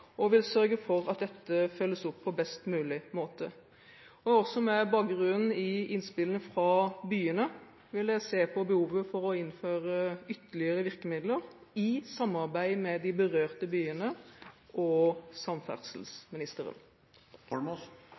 og vil sørge for at dette følges opp på best mulig måte. Med bakgrunn i innspillene fra byene vil jeg se på behovet for å innføre ytterligere virkemidler – i samarbeid med de berørte byene og samferdselsministeren.